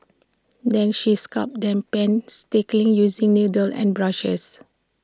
then she sculpts them painstakingly using needles and brushes